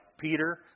Peter